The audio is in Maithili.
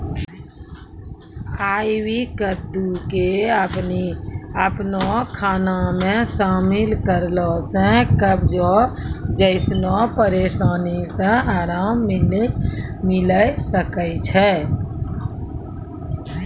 आइ.वी कद्दू के अपनो खाना मे शामिल करला से कब्जो जैसनो परेशानी से अराम मिलै सकै छै